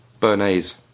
Bernays